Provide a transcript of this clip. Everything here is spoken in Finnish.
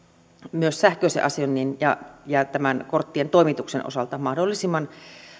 myös sähköisen asioinnin ja ja tämän korttien toimituksen osalta mahdollisimman